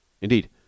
Indeed